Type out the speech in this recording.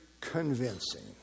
convincing